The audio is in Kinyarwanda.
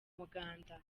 muganda